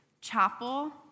chapel